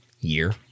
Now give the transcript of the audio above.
year